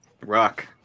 Rock